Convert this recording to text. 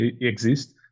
exist